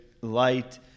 light